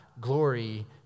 glory